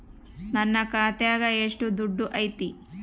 ನನ್ನ ಖಾತ್ಯಾಗ ಎಷ್ಟು ದುಡ್ಡು ಐತಿ?